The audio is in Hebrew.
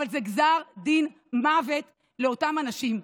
זה גזר דין מוות לאותם אנשים.